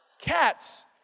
Cats